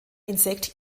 insekt